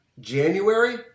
January